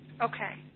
Okay